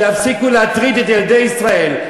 שיפסיקו להטריד את ילדי ישראל,